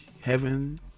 heaven